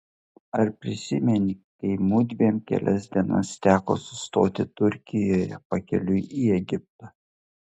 ar prisimeni kai mudviem kelias dienas teko sustoti turkijoje pakeliui į egiptą